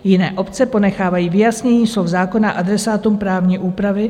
Jiné obce ponechávají vyjasnění slov zákona adresátům právní úpravy.